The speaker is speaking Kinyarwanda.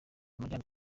ramjaane